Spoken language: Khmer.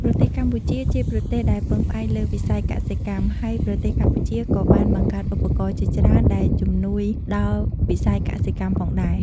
ប្រទេសកម្ពុជា ជាប្រទេសដែលពឹងផ្អែកលើវិស័យកសិកម្ម ហើយប្រទេសកម្ពុជាក៏បានបង្កើតឧបករណ៍ជាច្រើនដែលជំនួយដល់វិស័យកសិកម្មផងដែរ។